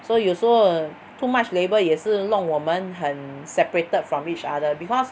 so 有时候 too much label 也是弄我们很 separated from each other because